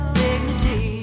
dignity